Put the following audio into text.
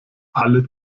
alle